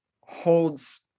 holds